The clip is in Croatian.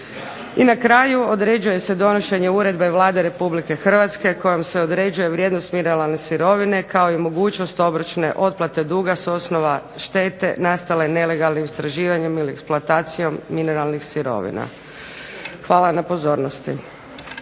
I na kraju određuje se donošenje uredbe Vlade Republike Hrvatske kojom se određuje vrijednost mineralne sirovine kao i mogućnost obročne otplate duga s osnova štete nastale nelegalnim istraživanjem ili eksploatacijom mineralnih sirovina. Hvala na pozornosti.